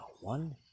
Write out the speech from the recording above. one